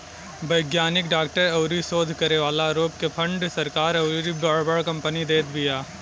वैज्ञानिक, डॉक्टर अउरी शोध करे वाला लोग के फंड सरकार अउरी बड़ बड़ कंपनी देत बिया